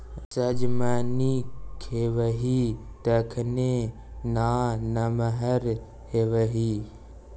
सजमनि खेबही तखने ना नमहर हेबही